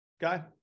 guy